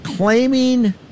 Claiming